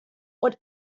und